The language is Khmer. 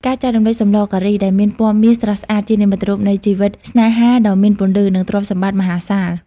ការចែករំលែក "សម្លការី" ដែលមានពណ៌មាសស្រស់ស្អាត ជានិមិត្តរូបនៃជីវិតស្នេហាដ៏មានពន្លឺ និងទ្រព្យសម្បត្តិមហាសាល។